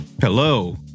Hello